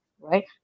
right